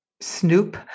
snoop